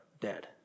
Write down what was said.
dead